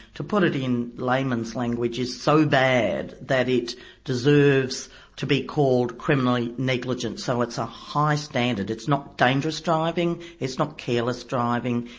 to put it in layman's language, is so bad that it deserves to be called criminally negligent. so it's a high standard. it's not dangerous driving, it's not careless driving,